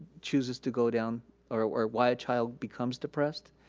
chooses to go down or why a child becomes depressed.